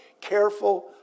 careful